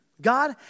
God